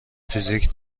فیزیک